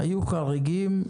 היו חריגים,